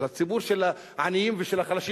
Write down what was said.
של הציבור של העניים והחלשים,